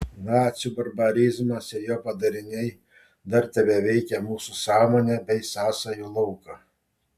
nacių barbarizmas ir jo padariniai dar tebeveikia mūsų sąmonę bei sąsajų lauką